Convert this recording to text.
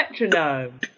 metronome